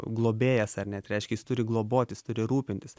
globėjas ar ne tai reiškia jis turi globot jis turi rūpintis